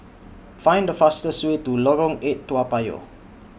Find The fastest Way to Lorong eight Toa Payoh